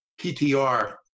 Ptr